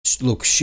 look